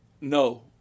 No